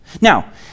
Now